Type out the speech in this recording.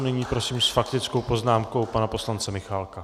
Nyní prosím s faktickou poznámkou pana poslance Michálka.